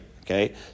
okay